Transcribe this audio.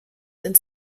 and